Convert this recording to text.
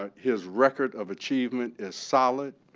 ah his record of achievement is solid.